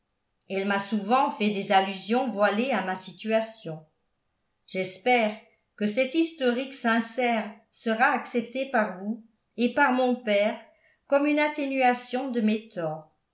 elle m'a souvent fait des allusions voilées à ma situation j'espère que cet historique sincère sera accepté par vous et par mon père comme une atténuation de